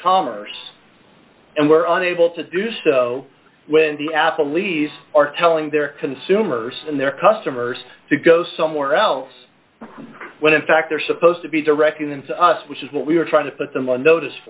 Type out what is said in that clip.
commerce and we're unable to do so when the apple lease are telling their consumers and their customers to go somewhere else when in fact they're supposed to be directing them to us which is what we're trying to put them on notice